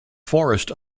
forest